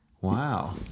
Wow